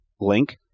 link